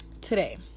today